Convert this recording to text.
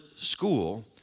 School